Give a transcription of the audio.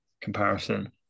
comparison